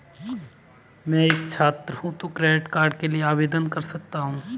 मैं एक छात्र हूँ तो क्या क्रेडिट कार्ड के लिए आवेदन कर सकता हूँ?